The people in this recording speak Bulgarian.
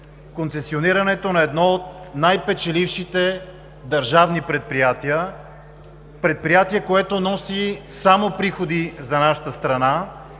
концесионирането на едно от най-печелившите държавни предприятия – предприятие, което носи само приходи за нашата страна,